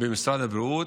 במשרד הבריאות,